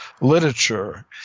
literature